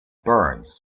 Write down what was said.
burns